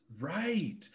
Right